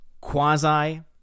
quasi